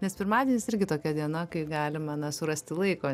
nes pirmadienis irgi tokia diena kai galima na surasti laiko